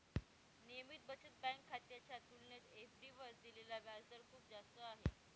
नियमित बचत बँक खात्याच्या तुलनेत एफ.डी वर दिलेला व्याजदर खूप जास्त आहे